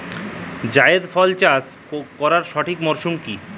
জায়েদ ফসল চাষ করার সঠিক মরশুম কি?